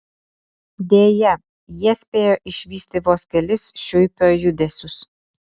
deja jie spėjo išvysti vos kelis šiuipio judesius